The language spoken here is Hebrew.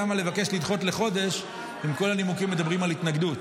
למה לבקש לדחות לחודש אם כל הנימוקים מדברים על התנגדות?